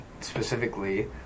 specifically